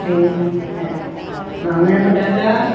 भीं वाङण पटाटा